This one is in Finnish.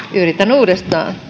uudestaan